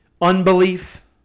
unbelief